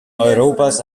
europas